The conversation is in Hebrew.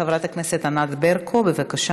חברת הכנסת יעל ברקו, בבקשה.